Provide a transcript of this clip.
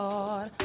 Lord